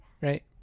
Right